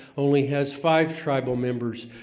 only has five tribal members,